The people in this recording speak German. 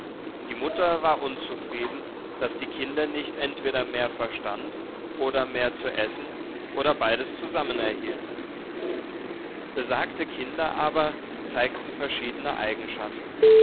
die mutter war unzufrieden daß die kinder nicht entweder mehr verstand oder mehr zu essen oder beides zusammen erhielten besagte kinder aber zeigten verschiedene eigenschaften